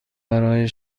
برای